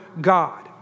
God